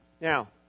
Now